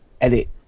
edit